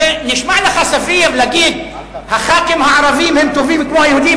זה נשמע לך סביר להגיד הח"כים הערבים הם טובים כמו היהודים?